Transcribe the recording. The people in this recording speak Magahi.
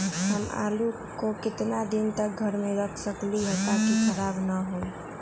हम आलु को कितना दिन तक घर मे रख सकली ह ताकि खराब न होई?